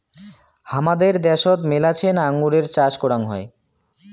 হামাদের দ্যাশোত মেলাছেন আঙুরের চাষ করাং হই